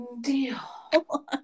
deal